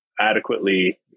adequately